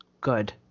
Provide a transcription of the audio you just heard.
good